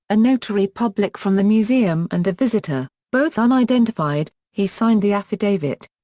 a notary public from the museum and a visitor, both unidentified, he signed the affidavit.